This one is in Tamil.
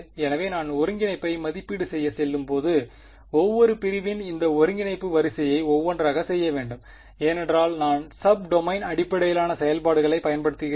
எனவே நான் ஒருங்கிணைப்பை மதிப்பீடு செய்யச் செல்லும்போது ஒவ்வொரு பிரிவின் இந்த ஒருங்கிணைப்பு வரிசையை ஒவ்வொன்றாகச் செய்ய வேண்டும் ஏனென்றால் நான் சப் டொமைன் அடிப்படையிலான செயல்பாடுகளைப் பயன்படுத்துகிறேன்